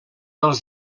als